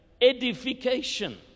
edification